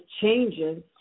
changes